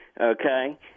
okay